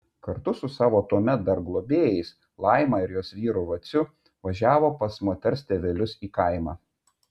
kartu su savo tuomet dar globėjais laima ir jos vyru vaciu važiavo pas moters tėvelius į kaimą